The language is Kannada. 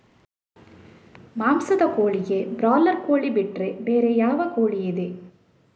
ಮಾಂಸದ ಕೋಳಿಗೆ ಬ್ರಾಲರ್ ಕೋಳಿ ಬಿಟ್ರೆ ಬೇರೆ ಯಾವ ಕೋಳಿಯಿದೆ?